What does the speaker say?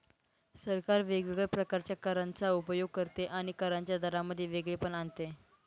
सरकार वेगवेगळ्या प्रकारच्या करांचा उपयोग करते आणि करांच्या दरांमध्ये वेगळेपणा आणते